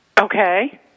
Okay